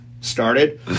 started